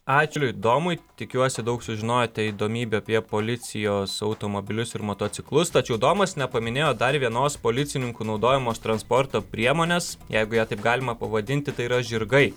ačiū domui tikiuosi daug sužinojote įdomybių apie policijos automobilius ir motociklus tačiau domas nepaminėjo dar vienos policininkų naudojamos transporto priemonės jeigu ją taip galima pavadinti tai yra žirgai